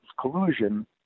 collusion